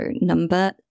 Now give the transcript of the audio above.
number